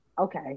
okay